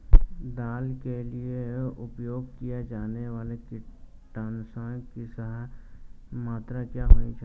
दाल के लिए उपयोग किए जाने वाले कीटनाशकों की सही मात्रा क्या होनी चाहिए?